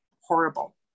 horrible